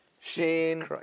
Shane